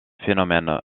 phénomènes